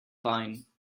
fine